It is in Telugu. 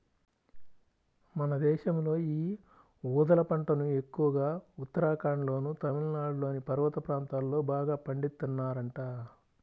మన దేశంలో యీ ఊదల పంటను ఎక్కువగా ఉత్తరాఖండ్లోనూ, తమిళనాడులోని పర్వత ప్రాంతాల్లో బాగా పండిత్తన్నారంట